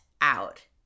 out